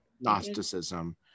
Gnosticism